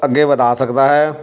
ਅੱਗੇ ਵਧਾ ਸਕਦਾ ਹੈ